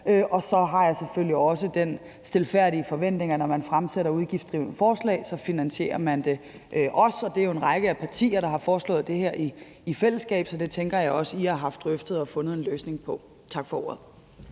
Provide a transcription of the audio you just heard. og så har jeg selvfølgelig også den stilfærdige forventning, at man, når man fremsætter udgiftsdrivende forslag, så også finansierer det, og der er jo en række af partier, der har foreslået det her i fællesskab, så det tænker jeg også at I har haft drøftet og fundet en løsning på. Tak for ordet.